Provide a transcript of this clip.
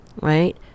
right